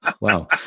Wow